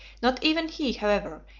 not even he, however,